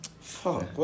fuck